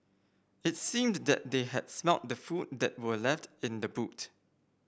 it seemed that they had smelt the food that were left in the boot